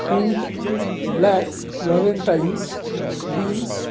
hint black valentines beans